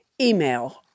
email